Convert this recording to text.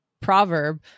proverb